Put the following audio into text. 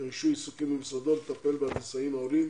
ורישוי עיסוקים במשרדו לטפל בהנדסאים העולים